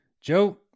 Joe